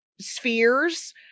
spheres